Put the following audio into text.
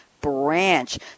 branch